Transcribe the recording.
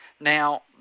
Now